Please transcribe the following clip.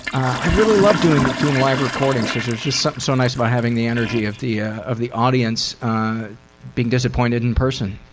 i really love doing doing live recordings because there's just something so nice of having the energy of the ah of the audience being disappointed in person.